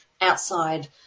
outside